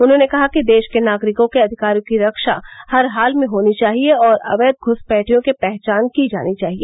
उन्होंने कहा कि देश के नागरिकों के अधिकारों की रक्षा हर हाल में होनी चाहिए और अवैध घुसपैठियों की पहचान की जानी चाहिए